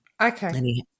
okay